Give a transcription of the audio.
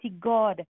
God